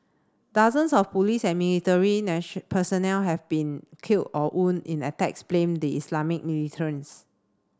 dozens of police and military personnel have been killed or wound in attacks blamed the Islamist militants